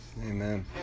Amen